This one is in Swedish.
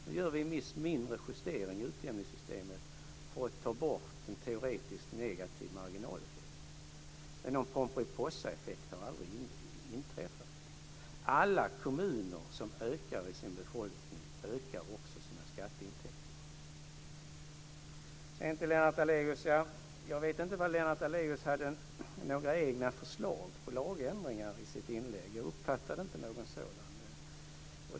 Nu gör vi en mindre justering i utjämningssystemet för att ta bort en teoretisk negativ marginaleffekt. Men någon pomperipossaeffekt har aldrig inträffat. Alla kommuner som ökar sin befolkning ökar också sina skatteintäkter. Sedan vill jag säga något till Lennart Daléus. Jag vet inte om Lennart Daléus hade några egna förslag till lagändringar i sitt inlägg. Jag uppfattade inte något sådant.